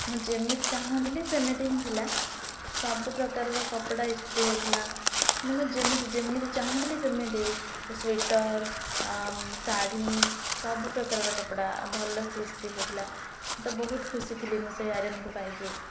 ମୁଁ ଯେମିତି ଚାହୁଁଥିଲି ସେମିତି ହିଁ ଥିଲା ସବୁ ପ୍ରକାରର କପଡ଼ା ଇସ୍ତ୍ରୀ ହେଉଥିଲା ମାନେ ମୁଁ ଯେମିତି ଯେମିତି ଚାହୁଁଥିଲି ସେମିତି ସ୍ଵିଟର୍ ଶାଢ଼ୀ ସବୁ ପ୍ରକାରର କପଡ଼ା ଭଲ ସେ ଇସ୍ତ୍ରୀ ହଉଥିଲା ତ ବହୁତ ଖୁସି ଥିଲି ମୁଁ ସେଇ ଆଇରନ୍କୁ ପାଇକି